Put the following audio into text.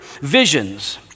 visions